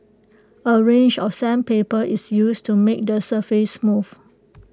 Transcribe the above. A range of sandpaper is used to make the surface smooth